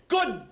Good